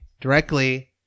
directly